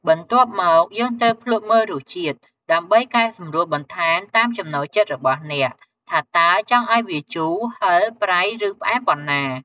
បន្ទាប់មក យើងត្រូវភ្លក្សមើលរសជាតិ ដើម្បីកែសម្រួលបន្ថែមតាមចំណូលចិត្តរបស់អ្នក ថាតើចង់ឲ្យវាជូរ ហឹរ ប្រៃ ឬផ្អែមប៉ុណ្ណា។